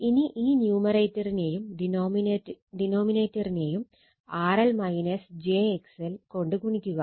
ഇനി ഈ ന്യുമറേറ്ററിനെയും ഡിനോമിനേറ്ററിനെയും RL j XL കൊണ്ട് ഗുണിക്കുക